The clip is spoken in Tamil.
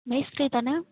மேஸ்த்ரி தானே